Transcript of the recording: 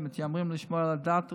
שמתיימרים לשמור על הדת,